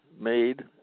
made